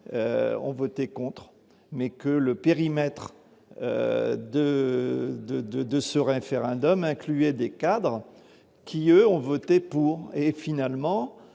ont voté contre, mais que le périmètre de ce référendum incluait des cadres qui, eux, ont voté pour. Finalement,